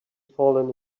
fallen